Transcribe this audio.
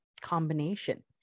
combination